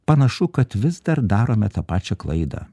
panašu kad vis dar darome tą pačią klaidą